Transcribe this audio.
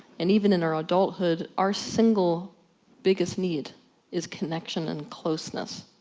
and even in our adulthood our single biggest need is connection and closeness.